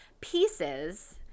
pieces